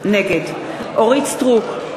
נגד אורית סטרוק,